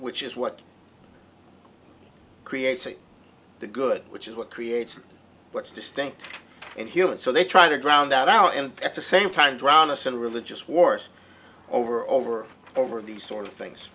which is what creates the good which is what creates what's distinct and human so they try to drown that out and at the same time drown a sinner religious wars over over over these sort of things